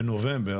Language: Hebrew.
בנובמבר,